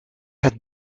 het